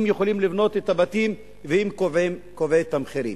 הם יכולים לבנות את הבתים והם קובעים את המחירים.